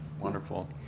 wonderful